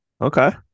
Okay